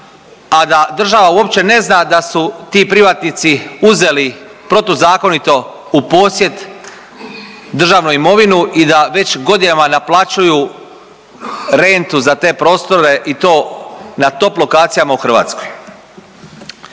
pa da država uopće ne zna da su ti privatnici uzeli protuzakonito u posjed državnu imovinu i da već godinama naplaćuju rentu za te prostore i to na top lokacijama u Hrvatskoj.